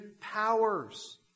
powers